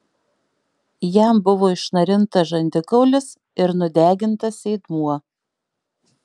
jam buvo išnarintas žandikaulis ir nudegintas sėdmuo